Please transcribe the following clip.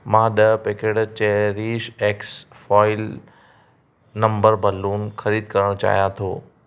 मां ॾह packet cherish x foil number balloon ख़रीद करणु चाहियां थो